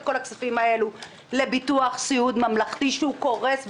כל הכספים האלה לביטוח סיעוד ממלכתי שהוא קורס,